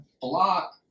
block